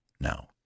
now